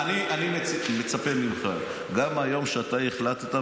אני מצפה ממך גם מהיום שאתה החלטת,